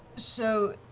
so,